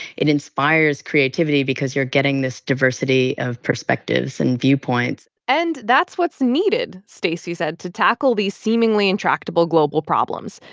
it inspires creativity because you're getting this diversity of perspectives and viewpoints and that's what's needed, stacy said, to tackle these seemingly intractable global problems.